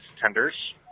tenders